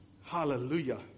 Hallelujah